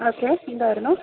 okay എന്തായിരുന്നു